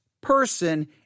person